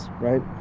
right